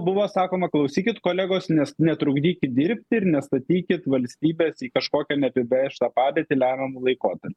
buvo sakoma klausykit kolegos nes netrukdykit dirbti ir nestatykit valstybės į kažkokią neapibrėžtą padėtį lemiamu laikotarpiu